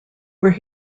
where